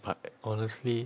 but honestly